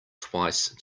twice